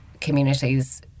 communities